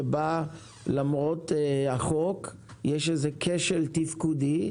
שבה למרות החוק יש איזה כשל תפקודי,